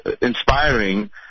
inspiring